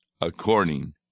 according